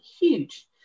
huge